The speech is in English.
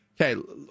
Okay